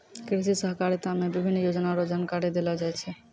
कृषि सहकारिता मे विभिन्न योजना रो जानकारी देलो जाय छै